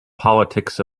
politics